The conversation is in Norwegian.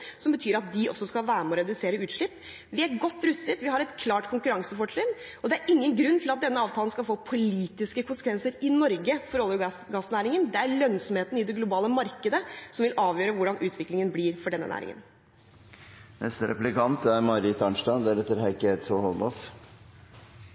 som betyr at de også skal være med og redusere utslipp. Vi er godt rustet, vi har et klart konkurransefortrinn, og det er ingen grunn til at denne avtalen skal få politiske konsekvenser i Norge for olje- og gassnæringen. Det er lønnsomheten i det globale markedet som vil avgjøre hvordan utviklingen blir for denne næringen.